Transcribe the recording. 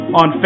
on